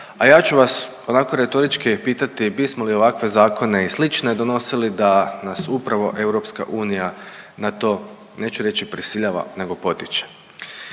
a ja ću vas onako retorički pitati bismo li ovakve zakone i slične donosili da nas upravo EU na to, neću reći prisiljava nego potiče.